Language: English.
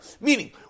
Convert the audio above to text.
meaning